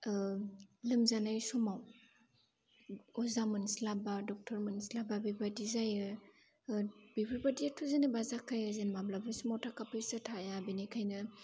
लोमजानाय समाव अजा मोनस्लाबा ड'क्टर मोनस्लाबा बेबायदि जायो बेफोरबादिआथ' जेनोबा जाखायो माब्लबा समाव थाखा फैसा थाया बेनिखायनो